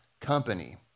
company